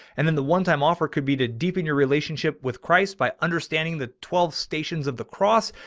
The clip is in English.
and then the one time offer could be to deepen your relationship with christ by understanding that. twelve stations of the cross.